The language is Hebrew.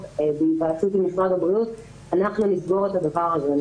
בהיוועצות עם משרד הבריאות אנחנו נסגור את הדבר הזה.